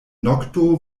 nokto